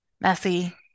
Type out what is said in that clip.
messy